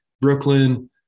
Brooklyn